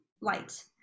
light